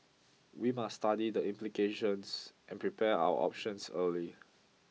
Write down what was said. we must study the implications and prepare our options early